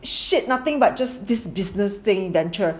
shit nothing but just this business thing venture